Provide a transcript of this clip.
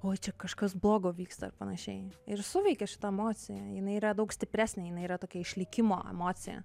oi čia kažkas blogo vyksta ar panašiai ir suveikia šita emocija jinai yra daug stipresnė jinai yra tokia išlikimo emocija